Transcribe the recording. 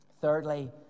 Thirdly